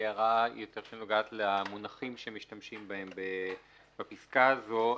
הערה שנוגעת יותר למונחים שמשתמשים בהם בפסקה הזו.